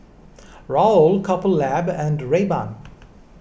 Raoul Couple Lab and Rayban